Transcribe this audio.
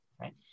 right